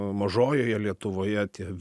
mažojoje lietuvoje tie